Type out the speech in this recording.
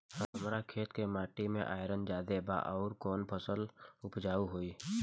हमरा खेत के माटी मे आयरन जादे बा आउर कौन फसल उपजाऊ होइ?